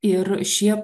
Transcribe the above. ir šie